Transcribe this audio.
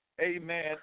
Amen